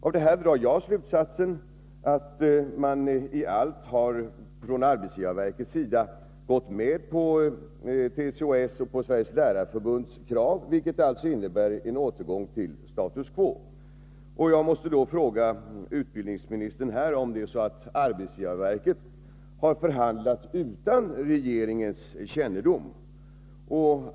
Av detta drar jag slutsatsen att arbetsgivarverket i allt har gått med på TCO-S och Sveriges lärarförbunds krav, vilket alltså innebär en återgång till status quo. Jag måste då fråga utbildningsministern om arbetsgivarverket har förhandlat utan regeringens kännedom.